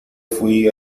fui